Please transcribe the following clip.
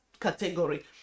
category